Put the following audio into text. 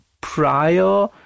prior